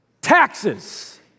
Taxes